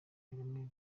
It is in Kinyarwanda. kagame